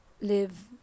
live